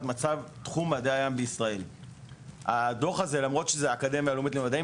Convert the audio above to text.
מצב תחום מדעי הים בישראל"; למרות שזאת האקדמיה הלאומית למדעים,